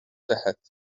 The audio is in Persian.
دهد